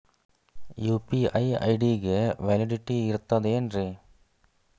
UPI ID ಗೆ validity ಇರತದ ಏನ್ರಿ?